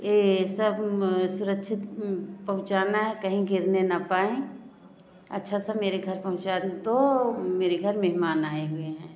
ये सब सुरक्षित पहुंचना है कहीं गिरने ना पाए अच्छा सा मेरे घर पहुंचा दो तो मेरे घर मेहमान आए हुए हैं